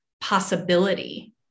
possibility